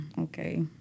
okay